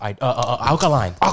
Alkaline